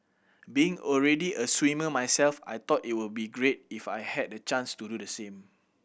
being already a swimmer myself I thought it will be great if I had the chance to do the same